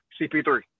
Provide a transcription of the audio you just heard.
CP3